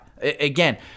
Again